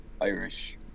Irish